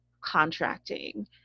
contracting